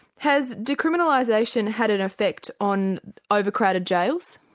has decriminalisation had an effect on overcrowded jails?